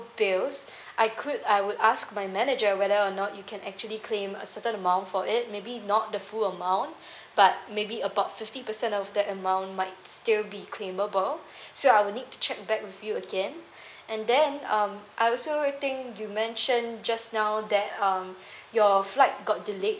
bills I could I would ask my manager whether or not you can actually claim a certain amount for it maybe not the full amount but maybe about fifty percent of that amount might still be claimable so I will need to check back with you again and then um I also think you mentioned just now that um your flight got delayed